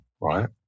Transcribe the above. right